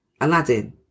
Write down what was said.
aladdin